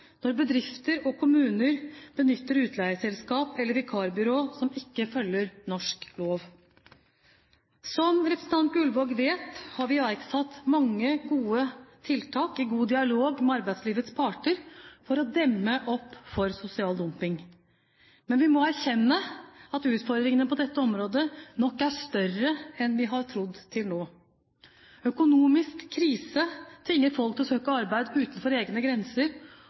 når bedrifter og kommuner benytter utleieselskap eller vikarbyrå som ikke følger norsk lov. Som representanten Gullvåg vet, har vi iverksatt mange gode tiltak i god dialog med arbeidslivets parter for å demme opp for sosial dumping. Men vi må erkjenne at utfordringene på dette området nok er større enn vi har trodd til nå. Økonomisk krise tvinger folk til å søke arbeid utenfor egne grenser,